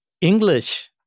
English